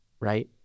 Right